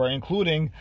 including